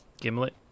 Gimlet